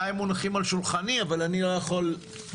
אולי יש לשנות את השם כדי לא ליצור אנטגוניזם.